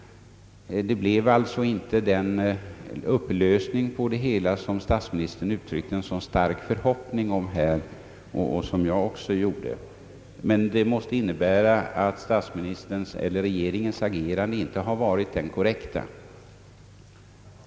Det blev alltså inte den upplösning på det hela som statsministern uttryckte en så stark gjorde. Det måste innebära att regeringens agerande inte har varit korrekt.